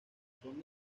son